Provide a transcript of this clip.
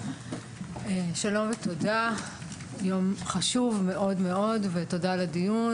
שלום ותודה, יום חשוב מאוד ותודה על הדיון.